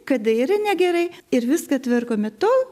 kada yra negerai ir viską tvarkome tol